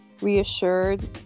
reassured